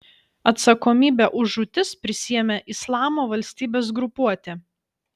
atsakomybę už žūtis prisiėmė islamo valstybės grupuotė